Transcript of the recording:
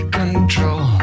control